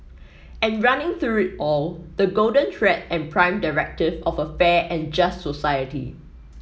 and running through it all the golden thread and prime directive of a fair and just society